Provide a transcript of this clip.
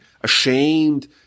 ashamed